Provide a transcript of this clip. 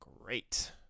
Great